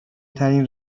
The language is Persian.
ترین